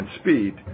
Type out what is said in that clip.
speed